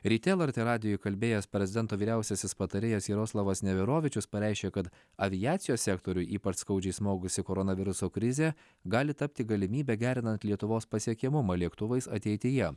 ryte lrt radijui kalbėjęs prezidento vyriausiasis patarėjas jaroslavas neverovičius pareiškė kad aviacijos sektoriui ypač skaudžiai smogusi koronaviruso krizė gali tapti galimybe gerinant lietuvos pasiekiamumą lėktuvais ateityje